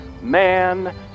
man